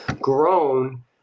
grown